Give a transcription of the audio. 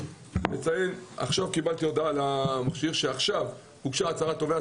אציין שעכשיו קיבלתי הודעה שהוגשה הצהרת תובע,